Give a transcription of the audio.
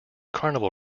carnival